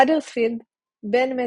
האדרספילד בן מת